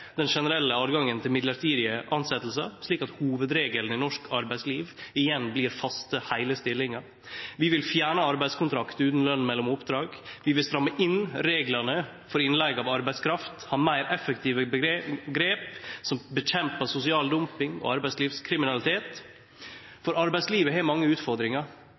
den generelle retten til mellombels tilsetjingar, slik at hovudregelen i norsk arbeidsliv igjen blir faste, heile stillingar. Vi vil fjerne arbeidskontraktar utan løn mellom oppdrag, vi vil stramme inn reglane for leige av arbeidskraft, vi vil ha meir effektive grep for å kjempe mot sosial dumping og arbeidslivskriminalitet. Arbeidslivet har mange utfordringar.